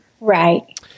Right